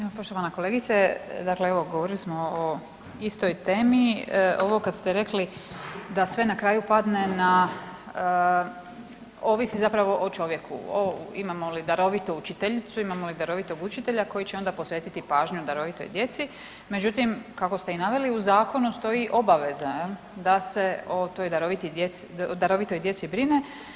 Evo poštovana kolegice, dakle govorili smo o istoj temi, ovo kad ste rekli da sve na kraju padne, ovisi zapravo o čovjeku imamo li darovitu učiteljicu, imamo li darovitog učitelja koji će onda posvetiti pažnju darovitoj djeci, međutim kako ste i naveli u zakonu stoji obaveza da se o toj darovitoj djeci brine.